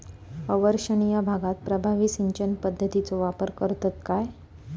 अवर्षणिय भागात प्रभावी सिंचन पद्धतीचो वापर करतत काय?